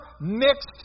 mixed